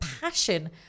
passion